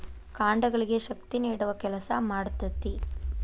ಕಾಂಡಗಳಿಗೆ ಶಕ್ತಿ ನೇಡುವ ಕೆಲಸಾ ಮಾಡ್ತತಿ